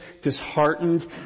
disheartened